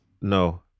No